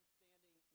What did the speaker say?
standing